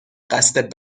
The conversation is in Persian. قصد